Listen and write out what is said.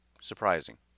surprising